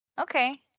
Okay